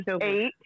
eight